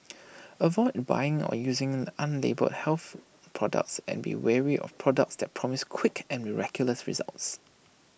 avoid buying or using unlabelled health products and be wary of products that promise quick and miraculous results